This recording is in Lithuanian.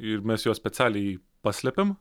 ir mes juos specialiai paslepiam